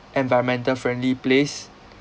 environmental friendly place